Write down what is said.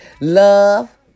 love